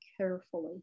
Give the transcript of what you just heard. carefully